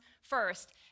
first